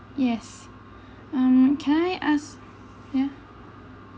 yes um can I ask ya